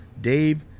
Dave